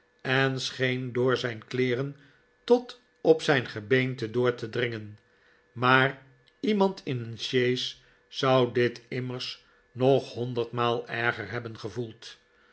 en scheen door zijn kleeren tot op zijn gebeente door te dringenj maar iemand in een sjees zou dit immers nog honderdmaal erger hebben gevoeld